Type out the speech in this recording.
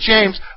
James